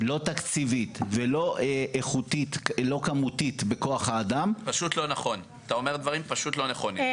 לא תקציבית ולא כמותית בכוח האדם --- אתה אומר דברים פשוט לא נכונים,